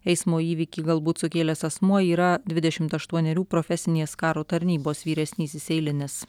eismo įvykį galbūt sukėlęs asmuo yra dvidešimt aštuonerių profesinės karo tarnybos vyresnysis eilinis